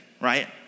right